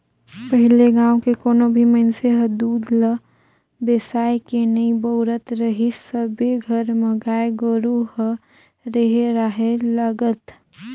पहिले गाँव के कोनो भी मइनसे हर दूद ल बेसायके नइ बउरत रहीस सबे घर म गाय गोरु ह रेहे राहय लगत